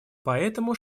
поэтому